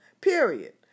Period